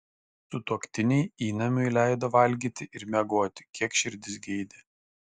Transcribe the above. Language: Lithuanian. sutuoktiniai įnamiui leido valgyti ir miegoti kiek širdis geidė